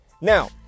Now